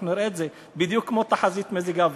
אנחנו נראה את זה בדיוק כמו את תחזית מזג האוויר.